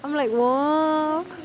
I'm like !wah!